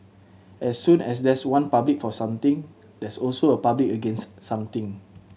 as soon as there's one public for something there's also a public against something